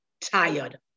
tired